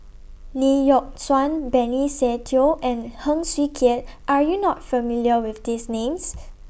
Lee Yock Suan Benny Se Teo and Heng Swee Keat Are YOU not familiar with These Names